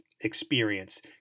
experience